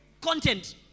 content